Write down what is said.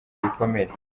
ibikomere